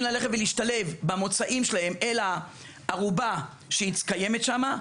להשתלב במוצאים שלהם אל הארובה שקיימת שם.